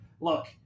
look